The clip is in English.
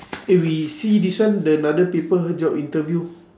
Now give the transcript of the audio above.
eh we see this one the another paper job interview